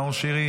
נאור שירי,